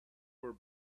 were